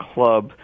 Club